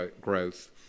growth